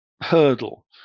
hurdle